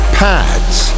pads